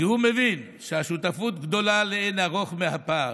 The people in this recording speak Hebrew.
כי הוא מבין שהשותפות גדולה לאין ערוך מהפער,